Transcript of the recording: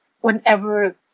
whenever